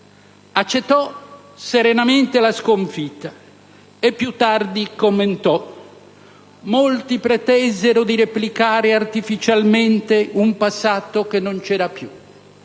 Accettò serenamente la sconfitta e più tardi commentò: «Molti pretesero di replicare, artificialmente, un passato che non c'era più.